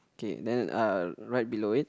okay then uh right below it